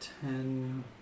ten